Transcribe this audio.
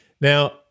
Now